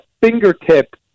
fingertip